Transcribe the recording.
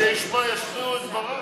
ישמיעו את דבריו.